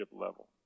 level